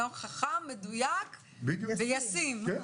חכם, מדויק וישים.